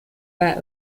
bei